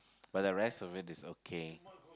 but the rest of it it's okay